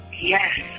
yes